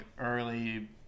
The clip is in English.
early